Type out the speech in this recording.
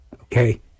Okay